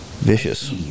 Vicious